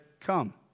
Come